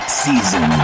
season